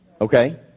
Okay